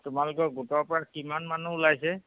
তোমালোকৰ গোটৰ পৰা কিমান মানুহ ওলাইছে